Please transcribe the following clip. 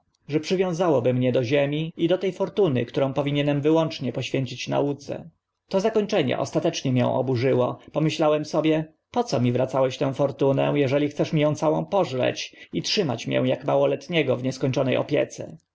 że przywiązałoby mnie do ziemi i do te fortuny którą powinienem wyłącznie poświęcić nauce to zakończenie ostatecznie mię oburzyło pomyślałem sobie po co mi wracałeś tę fortunę eżeli chcesz mi ą całą pożreć i trzymać mię ak małoletniego w nieskończone opiece